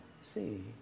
see